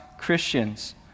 Christians